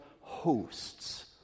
hosts